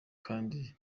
kandi